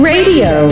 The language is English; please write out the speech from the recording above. Radio